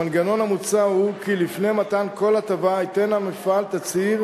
המנגנון המוצע הוא כי לפני מתן כל הטבה ייתן המפעל תצהיר